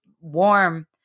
warm